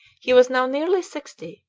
he was now nearly sixty,